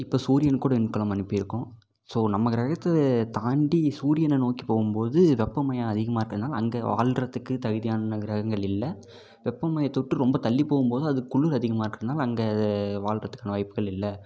இப்போ சூரியனுக்கூட விண்கலம் அனுப்பியிருக்கோம் ஸோ நம்ம கிரகத்தை தாண்டி சூரியனை நோக்கி போகும் போது வெப்பமயம் அதிகமாக இருக்கனால் அங்கே வாழ்கிறதுக்கு தகுதியான கிரகங்கள் இல்லை வெப்பமயத்தை விட்டு ரொம்ப தள்ளி போகும்போதும் அது குளுர் அதிகமாக இருக்கனால் அங்கே வாழ்கிறதுக்கான வாய்ப்புகள் இல்லை